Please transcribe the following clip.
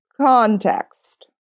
context